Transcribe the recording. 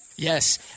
Yes